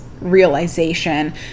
realization